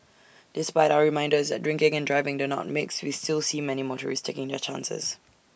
despite our reminders that drinking and driving do not mix we still see many motorists taking their chances